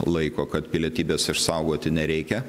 laiko kad pilietybės išsaugoti nereikia